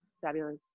fabulous